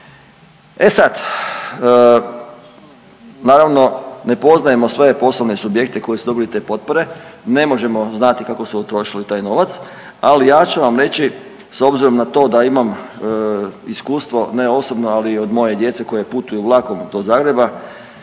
E sad, naravno ne poznajemo sve poslovne subjekte koji su dobili te potpore. Ne možemo znati kako su utrošili taj novac, ali ja ću vam reći s obzirom na to da imam iskustvo ne osobno, ali od moje djece koja putuju vlakom do Zagreba